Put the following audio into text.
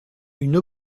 une